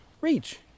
reach